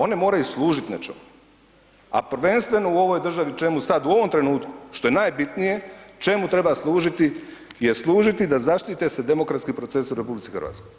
One moraju služiti nečemu, a prvenstveno u ovoj državi čemu sad u ovom trenutku što je najbitnije, čemu treba služiti je služiti da zaštite se demokratski procesi u RH.